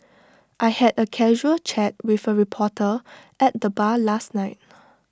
I had A casual chat with A reporter at the bar last night